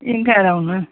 उइंगारावनो